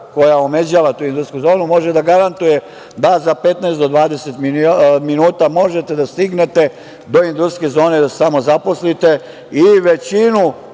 koja omeđava tu industrijsku zonu, može da garantuje da za 15 do 20 minuta možete da stignete do industrijske zone da se tamo zaposlite. Većinu